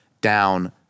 down